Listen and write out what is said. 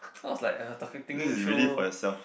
I was like uh talki~ thinking through